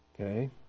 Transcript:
Okay